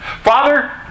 Father